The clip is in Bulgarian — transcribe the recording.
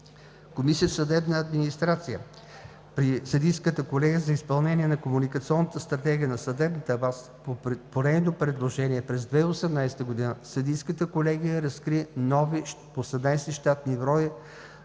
Комисия „Съдебна администрация“ при Съдийската колегия за изпълнение на Комуникационната стратегия на съдебната власт – по нейно предложение през 2018 г. Съдийската колегия разкри нови 18 щатни броя